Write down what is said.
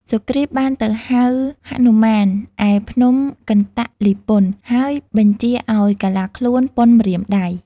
សុគ្រីពបានទៅហៅហនុមាន ឯភ្នំកន្ទលីពន ហើយបញ្ជាឱ្យកាឡាខ្លួនប៉ុនម្រាមដៃ។